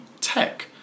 tech